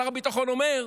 שר הביטחון אומר: